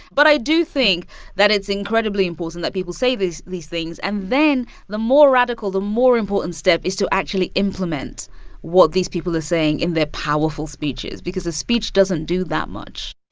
but i do think that it's incredibly important that people say these these things. and then the more radical, the more important step is to actually implement what these people are saying in their powerful speeches because a speech doesn't do that much